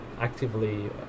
actively